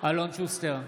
אלון שוסטר,